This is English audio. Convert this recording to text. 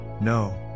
no